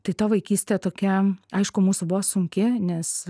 tai ta vaikystė tokia aišku mūsų buvo sunki nes